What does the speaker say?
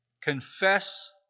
confess